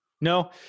No